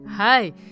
Hi